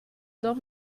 doch